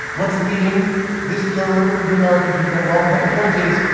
what's leading this third of the american people wrong. but the point is,